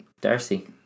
Darcy